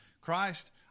Christ